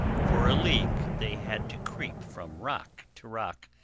for a league they had to creep from rock to rock,